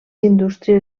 indústries